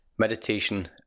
Meditation